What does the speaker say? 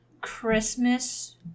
Christmas